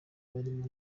barimo